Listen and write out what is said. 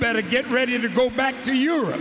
better get ready to go back to europe